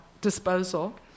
disposal